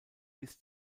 bis